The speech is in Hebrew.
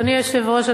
אדוני היושב-ראש,